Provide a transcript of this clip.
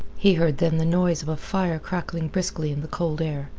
he heard then the noise of a fire crackling briskly in the cold air,